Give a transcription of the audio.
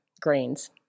grains